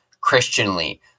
Christianly